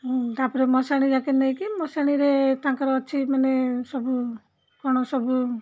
ତା'ପରେ ମଶାଣି ଯାକେ ନେଇକି ମଶାଣିରେ ତାଙ୍କର ଅଛି ମାନେ ସବୁ କ'ଣ ସବୁ